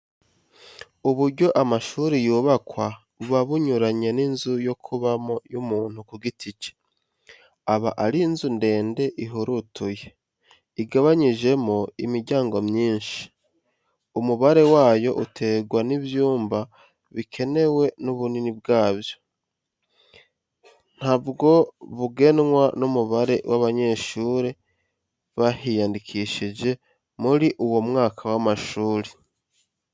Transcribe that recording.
Uburyo amashuri yubakwa, buba bunyuranye n'inzu yo kubamo y'umuntu ku giti cye. Aba ari inzu ndende ihurutuye, igabanyijemo imiryango myinshi, umubare wayo uterwa n'ibyumba bikenewe n'ubunini bwabyo, nabwo bugenwa n'umubare w'abanyeshuri bahiyandikishije muri uwo mwaka w'amashuri